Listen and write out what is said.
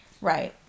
Right